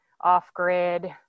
off-grid